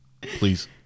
please